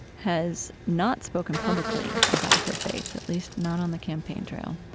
has not spoken publicly about her faith, at least not on the campaign trail,